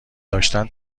داشتن